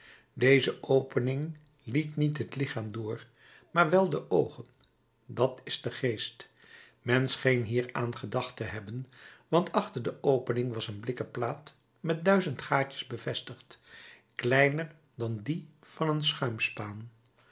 deze opening liet niet het lichaam door maar wel de oogen dat is den geest men scheen hieraan gedacht te hebben want achter de opening was een blikken plaat met duizend gaatjes bevestigd kleiner dan die van een